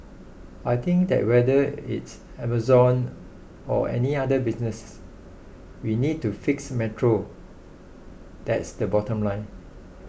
I think that whether it's Amazon or any other business we need to fix Metro that's the bottom line